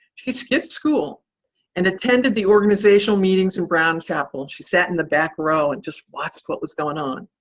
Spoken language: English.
she skipped school and attended the organizational meetings in brown chapel. she sat in the back row and just watched what was going on.